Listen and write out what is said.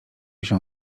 się